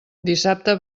dissabte